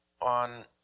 On